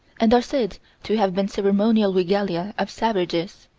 and are said to have been ceremonial regalia of savages